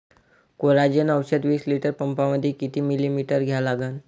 Coragen औषध विस litre पंपामंदी किती मिलीमिटर घ्या लागन?